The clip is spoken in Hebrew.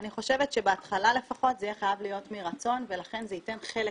אני חושבת שבהתחלה לפחות זה יהיה חייב להיות מרצון ולכן זה ייתן חלק